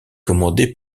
commandés